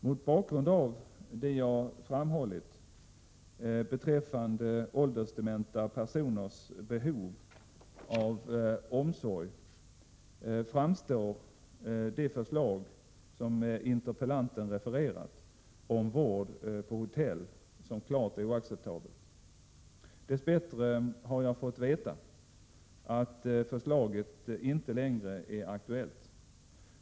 Mot bakgrund av det jag framhållit beträffande åldersdementa personers behov av omsorg framstår det förslag som interpellanten refererat om ”vård” på hotell som klart oacceptabelt. Dess bättre har jag fått veta att förslaget inte längre är aktuellt.